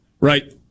right